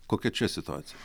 kokia čia situaci